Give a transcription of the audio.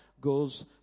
goes